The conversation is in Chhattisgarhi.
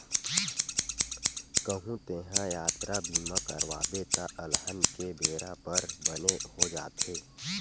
कहूँ तेंहा यातरा बीमा करवाबे त अलहन के बेरा बर बने हो जाथे